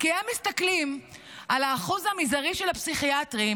כי הם מסתכלים על האחוז המזערי של הפסיכיאטרים